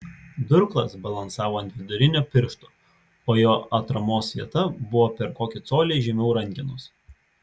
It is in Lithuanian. durklas balansavo ant vidurinio piršto o jo atramos vieta buvo per kokį colį žemiau rankenos